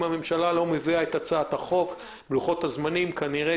אם הממשלה לא תביא את החוק לפי לוחות הזמנים אז נלמד מזה